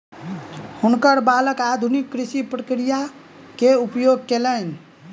हुनकर बालक आधुनिक कृषि प्रक्रिया के उपयोग कयलैन